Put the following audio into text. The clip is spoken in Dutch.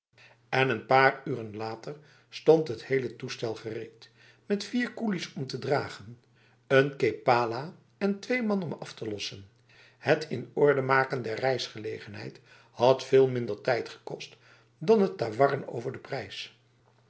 en n paar uren later stond t hele toestel gereed met vier koelies om te dragen een kepala en twee man om af te lossen het in orde maken der reisgelegenheid had veel minder tijd gekost dan het tawarren over de prijs